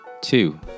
Two